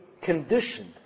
conditioned